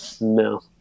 no